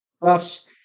Buffs